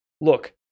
Look